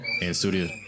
in-studio